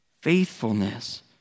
faithfulness